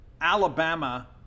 alabama